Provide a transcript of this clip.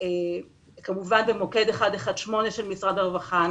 כמובן במוקד 1118 של משרד הרווחה.